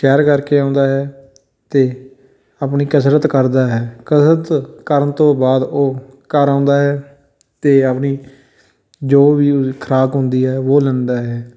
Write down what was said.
ਸੈਰ ਕਰਕੇ ਆਉਂਦਾ ਹੈ ਅਤੇ ਆਪਣੀ ਕਸਰਤ ਕਰਦਾ ਹੈ ਕਸਰਤ ਕਰਨ ਤੋਂ ਬਾਅਦ ਉਹ ਘਰ ਆਉਂਦਾ ਹੈ ਅਤੇ ਆਪਣੀ ਜੋ ਵੀ ਉਹਦੀ ਖੁਰਾਕ ਹੁੰਦੀ ਹੈ ਵੋ ਲੈਂਦਾ ਹੈ